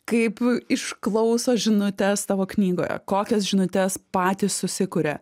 kaip išklauso žinutes tavo knygoje kokias žinutes patys susikuria